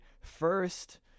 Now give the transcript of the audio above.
first